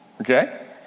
Okay